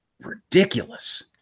ridiculous